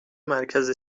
مرکز